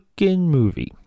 movie